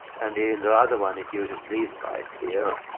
and in the other one it uses these bytes here.